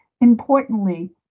Importantly